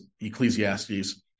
Ecclesiastes